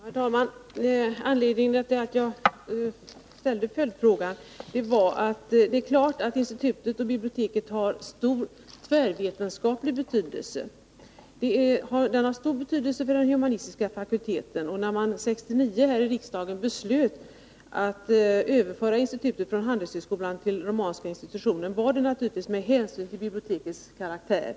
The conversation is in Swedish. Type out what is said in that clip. Herr talman! Anledningen till att jag ställde följdfrågan var att det är klart att institutet och biblioteket har stor tvärvetenskaplig betydelse. De har stor betydelse för den humanistiska fakulteten. När man 1969 här i riksdagen beslöt att överföra institutet från handelshögskolan till romanska institutionen var det naturligtvis med hänsyn till bibliotekets karaktär.